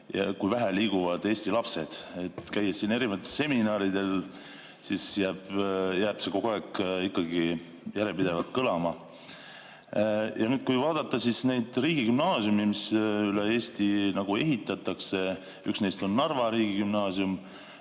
ja kui vähe liiguvad Eesti lapsed. Käies erinevatel seminaridel, jääb see kogu aeg ikkagi järjepidevalt kõlama. Ja kui nüüd vaadata neid riigigümnaasiume, mida üle Eesti ehitatakse, siis üks neist on Narva riigigümnaasium